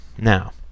Now